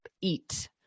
eat